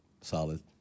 Solid